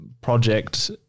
project